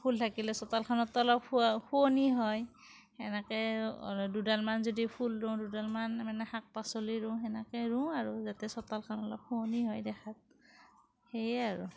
ফুল থাকিলে চোতালখনটো অলপ শুৱনি হয় সেনেকেই দুডালমান যদি ফুল ৰুওঁ দুডালমান মানে শাক পাচলি ৰুওঁ সেনেকেই ৰুওঁ আৰু যাতে চোতালখন অলপ শুৱনি হয় দেখাত সেইয়ে আৰু